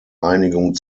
einigung